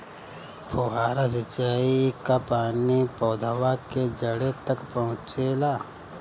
फुहारा सिंचाई का पानी पौधवा के जड़े तक पहुचे ला?